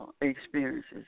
experiences